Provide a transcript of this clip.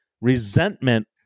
resentment